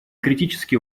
критически